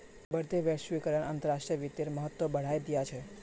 बढ़ते वैश्वीकरण अंतर्राष्ट्रीय वित्तेर महत्व बढ़ाय दिया छे